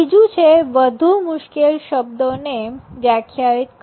બીજું છે વધુ મુશ્કેલ શબ્દોને વ્યાખ્યાયિત કરવા